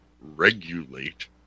regulate